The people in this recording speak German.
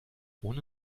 ohne